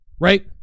right